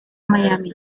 miami